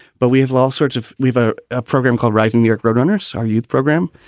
but we have all sorts of we've a program called right in new york roadrunners, our youth program.